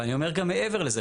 אבל אני אומר גם מעבר לזה.